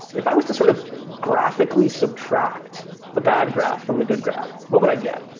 if i was to sort of graphically subtract the bad graph from the good graph, what would i get?